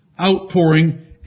outpouring